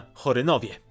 Chorynowie